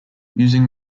using